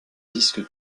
disque